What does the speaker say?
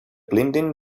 blinding